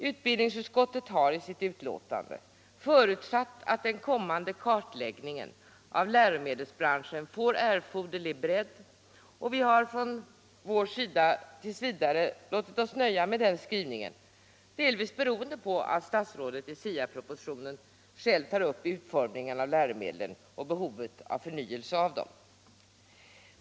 Utbildningsutskottet har i sitt betänkande förutsatt att den kommande kartläggningen av läromedelsbranschen får erforderlig bredd: Vi har på vår sida t. v. låtit oss nöja med den skrivningen, delvis beroende på att statsrådet i SIA-propositionen själv tar upp utformningen av läromedlen och behovet av förnyelse av dem.